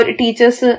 teachers